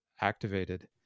activated